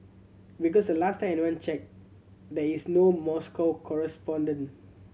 because the last time anyone checked there is no Moscow correspondent